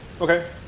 Okay